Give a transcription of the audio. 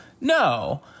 No